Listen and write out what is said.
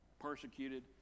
persecuted